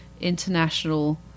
international